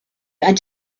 and